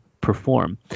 perform